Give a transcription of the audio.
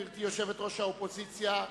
גברתי יושבת-ראש האופוזיציה,